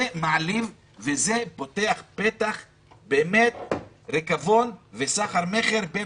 זה מעליב וזה פותח פתח לריקבון וסחר מכר בין